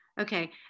Okay